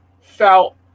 felt